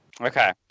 okay